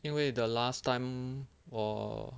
因为 the last time 我